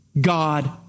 God